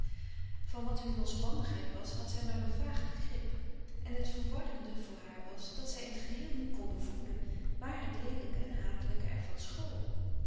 van wat hun losbandigheid was had zij maar een vaag begrip en het verwarrende voor haar was dat zij in t geheel niet kon bevroeden waar het leelijke en hatelijke er van school